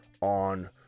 on